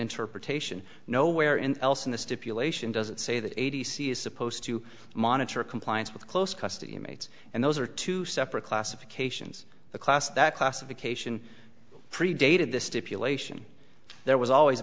interpretation no where in else in the stipulation does it say that a t c is supposed to monitor compliance with close custody mates and those are two separate classifications the class that classification predated the stipulation there was always